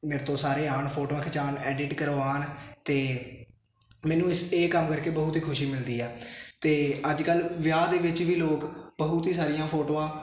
ਮੇਰੇ ਤੋਂ ਸਾਰੇ ਆਉਣ ਫੋਟੋਆਂ ਖਿਚਾਉਣ ਐਡਿਟ ਕਰਵਾਉਣ ਅਤੇ ਮੈਨੂੰ ਇਸ ਇਹ ਕੰਮ ਕਰਕੇ ਬਹੁਤ ਹੀ ਖੁਸ਼ੀ ਮਿਲਦੀ ਆ ਅਤੇ ਅੱਜ ਕੱਲ੍ਹ ਵਿਆਹ ਦੇ ਵਿੱਚ ਵੀ ਲੋਕ ਬਹੁਤ ਹੀ ਸਾਰੀਆਂ ਫੋਟੋਆਂ